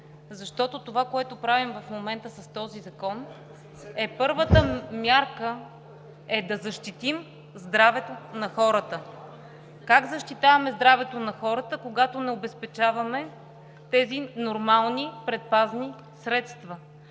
защото това, което правим в момента с този закон, е първата мярка – да защитим здравето на хората. Как защитаваме здравето на хората, когато не обезпечаваме тези нормални предпазни средства?